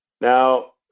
Now